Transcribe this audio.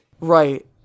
Right